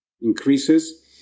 increases